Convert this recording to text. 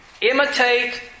imitate